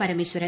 Parameswaran